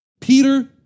Peter